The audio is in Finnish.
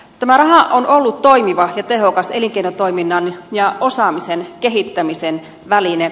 tämä raha on ollut toimiva ja tehokas elinkeinotoiminnan ja osaamisen kehittämisen väline